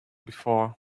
before